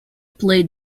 played